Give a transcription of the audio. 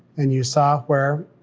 and you saw where,